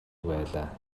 байлаа